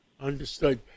Understood